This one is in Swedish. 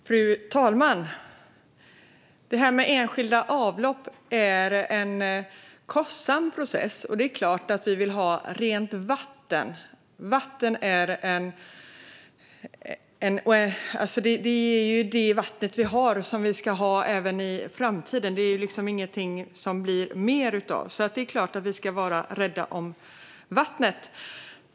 Fru talman! Det här med enskilda avlopp är en kostsam process. Det är klart att vi vill ha rent vatten. Det vatten vi har är det vatten vi ska ha även i framtiden. Det är ingenting som det blir mer av. Det är klart att vi ska vara rädda om vattnet.